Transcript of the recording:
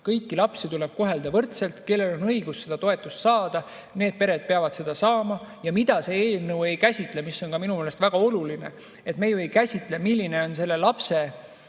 kõiki lapsi tuleb kohelda võrdselt ja kellel on õigus seda toetust saada, need pered peavad seda saama. Ja mida see eelnõu ei käsitle ja mis on minu meelest väga oluline: me ei käsitle, milline on lapse